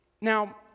Now